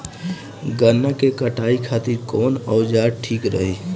गन्ना के कटाई खातिर कवन औजार ठीक रही?